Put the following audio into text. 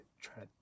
try